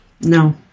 No